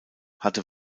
hatte